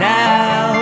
now